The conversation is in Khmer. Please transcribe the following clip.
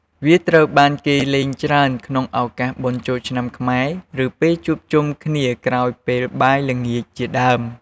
វាត្រូវបានគេលេងច្រើនក្នុងឱកាសបុណ្យចូលឆ្នាំខ្មែរ ឬពេលជួបជុំគ្នាក្រោយពេលបាយល្ងាចជាដើម។